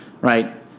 right